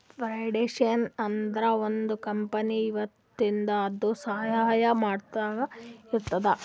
foundation ಅಂದುರ್ ಒಂದ್ company ಇರ್ತುದ್ ಅದು ಸಹಾಯ ಮಾಡ್ಲಕ್ ಇರ್ತುದ್